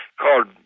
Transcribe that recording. called